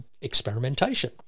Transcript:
experimentation